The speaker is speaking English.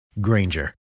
Granger